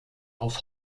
auf